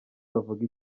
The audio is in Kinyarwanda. bavuge